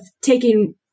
taking